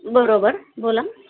बरोबर बोला